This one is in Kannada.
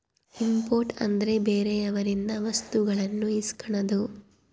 ಇಂಪೋರ್ಟ್ ಅಂದ್ರೆ ಬೇರೆಯವರಿಂದ ವಸ್ತುಗಳನ್ನು ಇಸ್ಕನದು